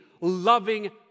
loving